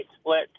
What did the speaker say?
split